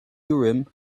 urim